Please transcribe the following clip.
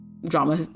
drama